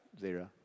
Zero